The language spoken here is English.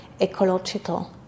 Ecological